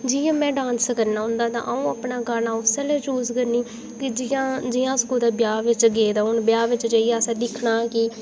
जि'यां में डांस करना होंदा अं'ऊ अपना गाना उस्सै बेल्लै चूज़ करनी जियां अस कुदै ब्याह् बिच गेदे होचै ब्याह् च जाइयै असें दिक्खना के